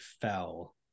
fell